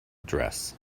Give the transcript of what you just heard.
dress